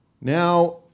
Now